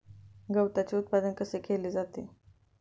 गवताचे उत्पादन कसे केले जाते?